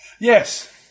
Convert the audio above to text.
Yes